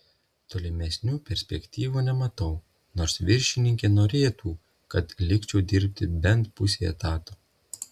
tolimesnių perspektyvų nematau nors viršininkė norėtų kad likčiau dirbti bent pusei etato